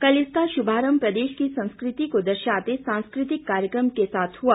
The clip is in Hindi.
कल इसका शुभारंभ प्रदेश की संस्कृति को दर्शाते सांस्कृतिक कार्यक्रम के साथ हुआ